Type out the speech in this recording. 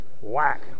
whack